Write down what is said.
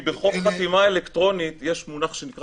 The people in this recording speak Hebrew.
כי בחוק חתימה אלקטרונית יש שני מונחים: